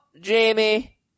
Jamie